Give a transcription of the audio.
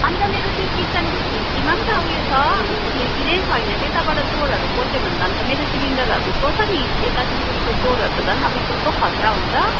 अन्त मेरो त्यो किचनको खिर्कीमा पनि त उयो छ खिर्की नै छैन त्यताबाट चोरहरू पस्यो भने त अन्त मेरो सिलिन्डरहरू चोर्छ नि यता सिलगडीको चोरहरू त झन् अबै कस्तो खत्रा हुन्छ